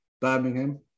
Birmingham